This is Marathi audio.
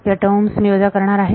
ह्या टर्म मी वजा करणार आहे